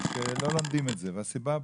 לא לומדים את זה, מהסיבה הפשוטה,